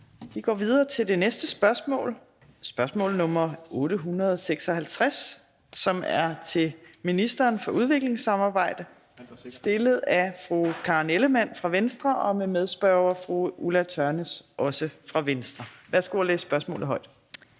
Vi går videre til det næste spørgsmål, spørgsmål nr. 856, som er til ministeren for udviklingssamarbejde stillet af fru Karen Ellemann fra Venstre og med medspørger fru Ulla Tørnæs også fra Venstre. Kl. 14:41 Spm. nr.